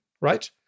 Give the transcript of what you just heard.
right